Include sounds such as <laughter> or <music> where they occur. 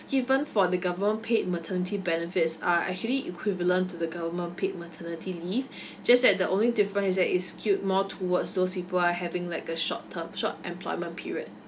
given for the government paid maternity benefits are actually equivalent to the government paid maternity leave <breath> just that the only difference is that it's tilt more towards those people who are having like a short term short employment period